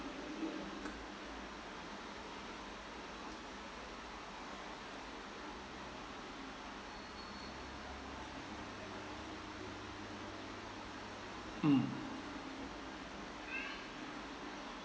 mm